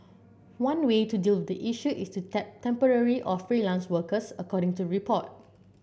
one way to deal with the issue is to tap temporary or freelance workers according to report